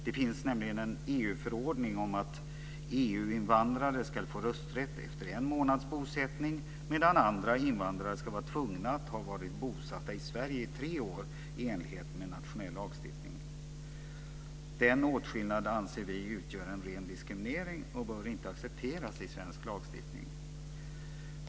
Det finns nämligen en EU förordning om att EU-invandrare ska få rösträtt efter en månads bosättning, medan andra invandrare ska vara tvungna att ha varit bosatta i Sverige i tre år i enlighet med nationell lagstiftning. Denna åtskillnad anser vi utgör en ren diskriminering och bör inte accepteras i svensk lagstiftning.